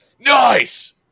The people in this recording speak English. Nice